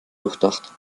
durchdacht